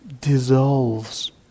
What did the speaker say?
dissolves